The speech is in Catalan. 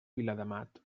viladamat